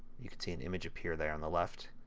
you can see an image appear there in the left